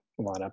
lineup